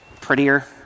Prettier